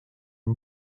and